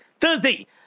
Thursday